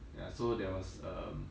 ya so there was um